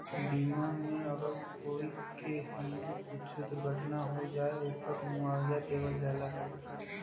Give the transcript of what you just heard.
बीमा मे अगर कोई के संगे कुच्छो दुर्घटना हो जाए, ओपर मुआवजा देवल जाला